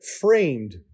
framed